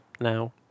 now